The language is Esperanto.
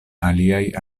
aliaj